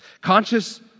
Conscious